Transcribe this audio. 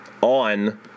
on